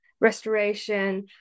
Restoration